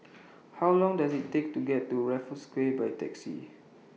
How Long Does IT Take to get to Raffles Quay By Taxi